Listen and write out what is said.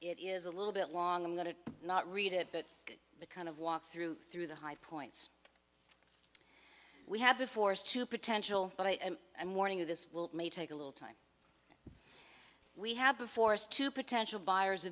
it is a little bit long i'm going to not read it but the kind of walk through through the high points we have been forced to potential but i am warning this will may take a little time we have been forced to potential buyers